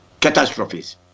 catastrophes